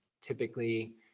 typically